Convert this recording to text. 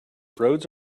roads